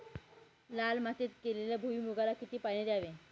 लाल मातीत केलेल्या भुईमूगाला किती पाणी द्यावे?